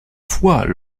fois